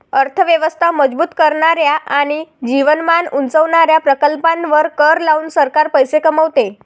अर्थ व्यवस्था मजबूत करणाऱ्या आणि जीवनमान उंचावणाऱ्या प्रकल्पांवर कर लावून सरकार पैसे कमवते